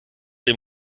dem